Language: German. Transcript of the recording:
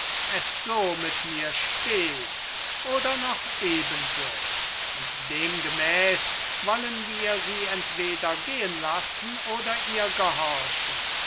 es so mit mir steht oder noch ebenso und demgemäß wollen wir sie entweder gehen lassen oder ihr